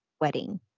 wedding